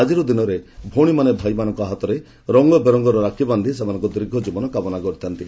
ଆଜିର ଦିନରେ ଭଉଣୀମାନେ ଭାଇମାନଙ୍କ ହାତରେ ରଙ୍ଗବେରଙ୍ଗର ରାକ୍ଷୀ ବାନ୍ଧି ସେମାନଙ୍କ ଦୀର୍ଘଜୀବନ କାମନା କରିଥାନ୍ତି